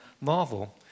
Marvel